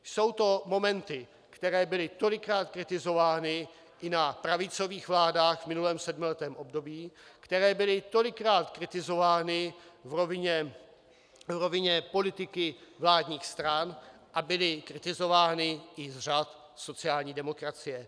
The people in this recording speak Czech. Jsou to momenty, které byly tolikrát kritizovány i na pravicových vládách v minulém sedmiletém období, které byly tolikrát kritizovány v rovině politiky vládních stran a byly kritizovány i z řad sociální demokracie.